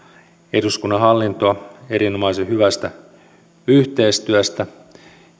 eduskunnan hallintoa erinomaisen hyvästä yhteistyöstä